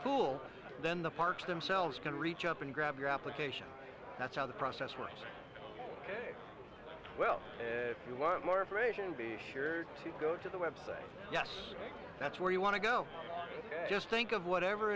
pool then the parks themselves can reach up and grab your application that's how the process works well if you want more information be sure to go to the website yes that's where you want to go just think of whatever